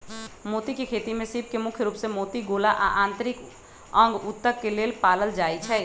मोती के खेती में सीप के मुख्य रूप से मोती गोला आ आन्तरिक अंग उत्तक के लेल पालल जाई छई